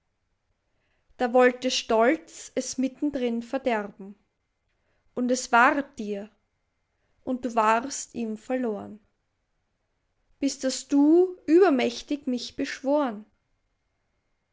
da wollte stolz es mittendrin verderben und es ward dir und du warst ihm verloren bis daß du übermächtig mich beschworen